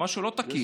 משהו לא תקין.